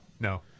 No